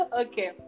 Okay